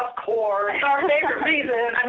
of course, our favorite reason.